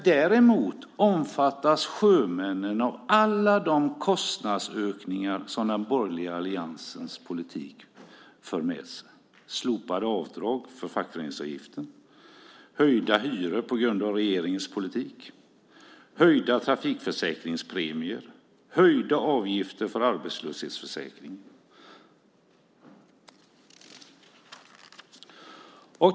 Däremot omfattas sjömännen av alla de kostnadsökningar som den borgerliga alliansens politik för med sig: slopade avdrag för fackföreningsavgiften, höjda hyror på grund av regeringens politik, höjda trafikförsäkringspremier, höjda avgifter för arbetslöshetsförsäkringen.